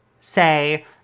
say